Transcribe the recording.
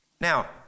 Now